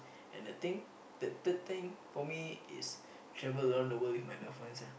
and the thing third third thing for me is travel around the world with my loved ones ah